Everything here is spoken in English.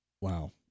Wow